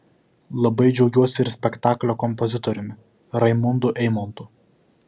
labai džiaugiuosi ir spektaklio kompozitoriumi raimundu eimontu